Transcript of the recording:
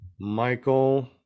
Michael